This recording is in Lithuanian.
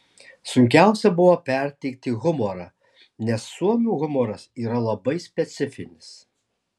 sunkiausia buvo perteikti humorą nes suomių humoras yra labai specifinis